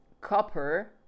copper